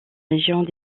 régions